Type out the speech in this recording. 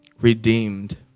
redeemed